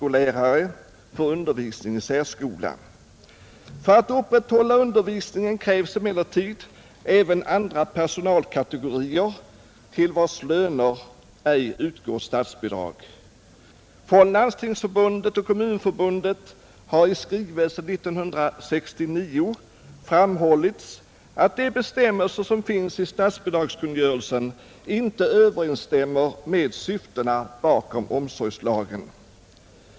undervisning i särskola. För att upprätthålla undervisningen krävs emellertid även andra personalkategorier, till vilkas löner det ej utgår statsbidrag. Från Landstingsförbundet och Kommunförbundet har i skrivelse 1969 framhållits att de bestämmelser som finns i statsbidragskungörelsen inte överensstämmer med syftena bakom omsorgslagen.